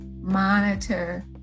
monitor